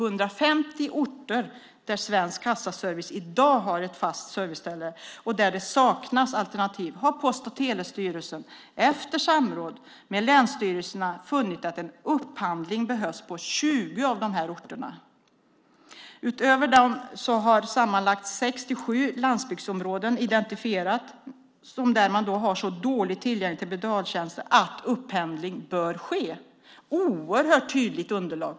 På 20 av de här orterna, där det saknas alternativ, har Post och telestyrelsen efter samråd med länsstyrelserna funnit att en upphandling behövs. Utöver dem har sammanlagt 67 landsbygdsområden identifierats där man har så dålig tillgång till betaltjänster att upphandling bör ske. Det är ett oerhört tydligt underlag.